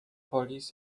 police